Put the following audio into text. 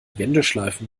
wendeschleifen